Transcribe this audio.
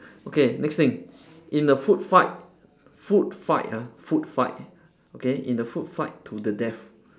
okay next thing in the food fight food fight ah food fight okay in the food fight to the death